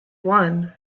won